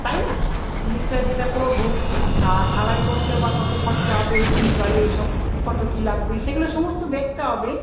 তাই না জিনিসটা যেটা করব আর ঢালাই করতেও বা কত খরচা হবে ইঁট বালি এসব কত কী লাগবে সেগুলো সমস্ত দেখতে হবে